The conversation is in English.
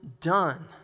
done